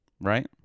right